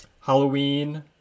Halloween